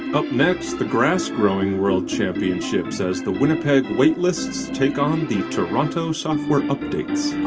but next, the grass growing world championships, as the winnipeg wait-lists take on the toronto software-updates